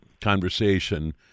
conversation